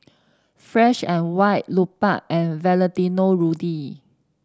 Fresh And White Lupark and Valentino Rudy